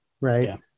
right